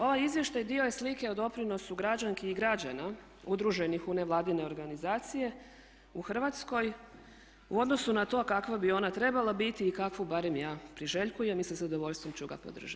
Ovaj izvještaj dio je slike o doprinosu građanki i građana udruženih u nevladine organizacije u Hrvatskoj u odnosu na to kakva bi ona trebala biti i kakvu barem ja priželjkujem i sa zadovoljstvom ću ga podržati.